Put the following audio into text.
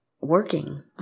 working